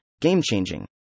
game-changing